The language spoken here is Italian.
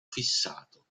fissato